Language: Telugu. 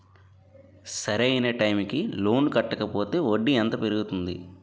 సరి అయినా టైం కి లోన్ కట్టకపోతే వడ్డీ ఎంత పెరుగుతుంది?